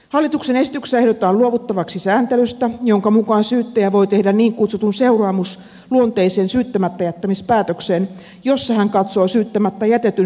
hallituksen esityksessä ehdotetaan luovuttavaksi sääntelystä jonka mukaan syyttäjä voi tehdä niin kutsutun seuraamusluonteisen syyttämättäjättämispäätöksen jossa hän katsoo syyttämättä jätetyn syyllistyneen rikokseen